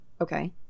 Okay